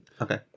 Okay